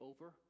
over